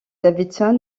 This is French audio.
davidson